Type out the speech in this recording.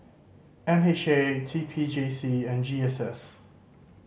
M H A T P J C and G S S